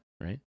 right